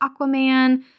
Aquaman